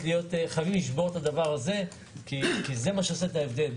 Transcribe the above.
חייבים לשבור את הדבר הזה כי זה מה שעושה את ההבדל.